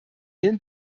den